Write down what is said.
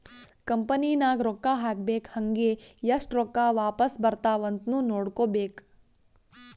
company ನಾಗ್ ರೊಕ್ಕಾ ಹಾಕ್ಬೇಕ್ ಹಂಗೇ ಎಸ್ಟ್ ರೊಕ್ಕಾ ವಾಪಾಸ್ ಬರ್ತಾವ್ ಅಂತ್ನು ನೋಡ್ಕೋಬೇಕ್